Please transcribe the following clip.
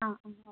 ആ ഓക്കെ